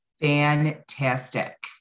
Fantastic